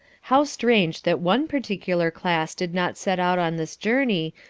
how strange that one particular class did not set out on this journey,